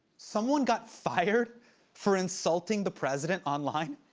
someone got fired for insulting the president online?